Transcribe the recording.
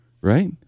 right